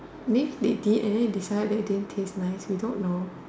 make milky and then it decided that it didn't taste nice we don't know